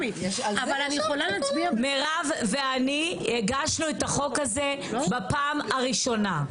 מירב ואני הגשנו את החוק הזה בפעם הראשונה,